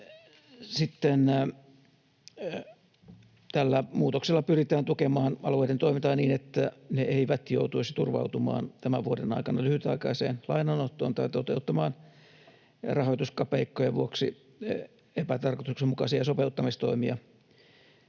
Tällä muutoksella pyritään tukemaan alueiden toimintaa niin, että ne eivät joutuisi turvautumaan tämän vuoden aikana lyhytaikaiseen lainanottoon tai toteuttamaan rahoituskapeikkojen vuoksi epätarkoituksenmukaisia sopeuttamistoimia,